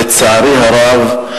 לצערי הרב,